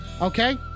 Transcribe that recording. Okay